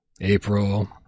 April